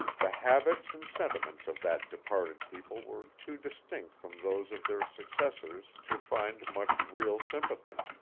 the habits and sentiments of that departed people were too distinct from those of their successors to find much real sympathy.